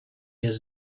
his